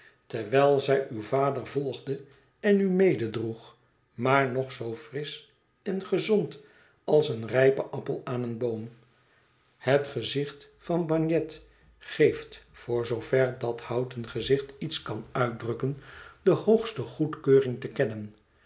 terwijl zij uw vader volgde en u mededroeg maar nog zoo frisch en gezond als een rijpe appel aan een boom het gezicht van bagnet geeft voor zoover dat houten gezicht iets kan uitdrukken de hoogste goedkeuring te kennen